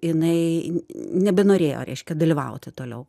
jinai nebenorėjo reiškia dalyvauti toliau